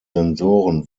sensoren